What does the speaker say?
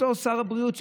אותו שר הבריאות,